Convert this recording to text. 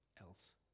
else